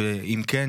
ובתוך כך,